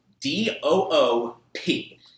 D-O-O-P